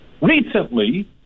recently